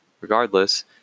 Regardless